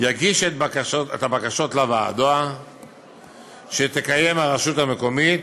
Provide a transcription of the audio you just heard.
יגיש את הבקשות לוועדה שתקיים הרשות המקומית,